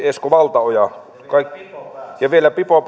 esko valtaoja ja vielä pipo